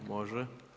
Može.